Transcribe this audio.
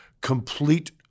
complete